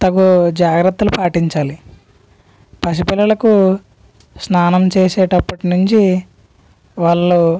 తగు జాగ్రత్తలు పాటించాలి పసిపిల్లలకు స్నానం చేసేటప్పటికి నుంచి వాళ్ళు